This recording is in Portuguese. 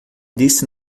disse